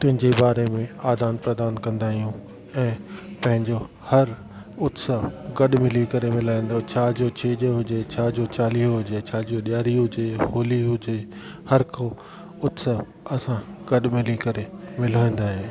तिन जे बारे में आदन प्रदान कंदा आहियूं ऐं पंहिंजो हर उत्सव गॾु मिली करे मल्हाईंदो छाजो छेज हुजे छाजो चालीहो हुजे छाजो ॾिआरी हुजे होली हुजे हर को उत्सव असां गॾु मिली करे मल्हाईंदा आहियूं